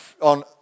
on